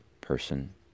person